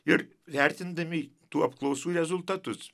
ir vertindami tų apklausų rezultatus